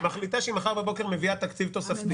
היא מחליטה שהיא מחר בבוקר מביאה תקציב תוספתי